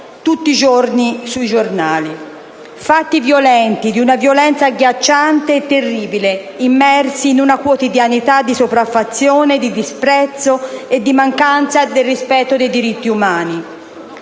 sui giornali. Si tratta di fatti violenti, di una violenza agghiacciante e terribile, immersi in una quotidianità di sopraffazione, disprezzo e mancanza di rispetto dei diritti umani;